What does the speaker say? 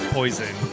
poison